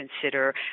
consider